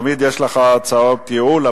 תמיד יש לך הצעות ייעול,